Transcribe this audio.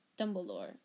Dumbledore